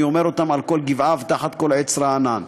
אני אומר אותן על כל גבעה ותחת כל עץ רענן.